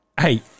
hey